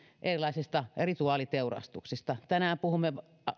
erilaisista rituaaliteurastuksista tänään puhumme